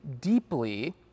deeply